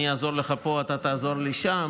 אני אעזור לך פה, אתה תעזור לי שם,